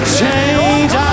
change